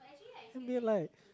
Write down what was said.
and we are like